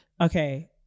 Okay